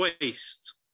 waste